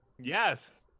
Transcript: Yes